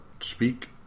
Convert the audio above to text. speak